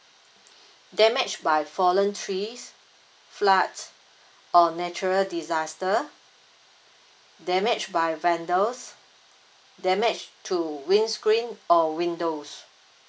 damage by fallen trees flood or natural disaster damage by vandals damage to windscreen or windows